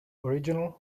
original